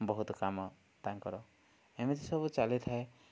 ବହୁତ କାମ ତାଙ୍କର ଏମିତି ସବୁ ଚାଲିଥାଏ